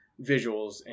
visuals